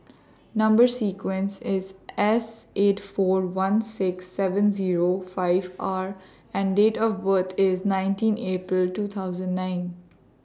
Number sequence IS S eight four one six seven Zero five R and Date of birth IS nineteen April two thousand nine